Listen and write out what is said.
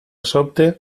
sobte